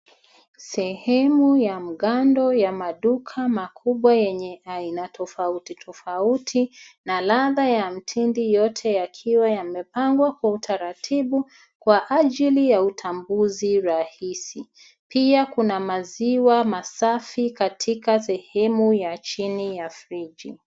Sehemu ya mgando ya maduka makubwa yenye aina tofautitofauti na ladha ya mtindi yote yakiwa yamepangwa kwa utaratibu kwa ajili ya utambuzi rahisi. Pia kuna maziwa masafi katika sehemu ya chini ya friji.